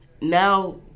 now